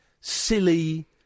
silly